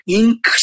ink